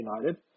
United